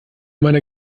meiner